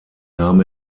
nahm